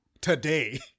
today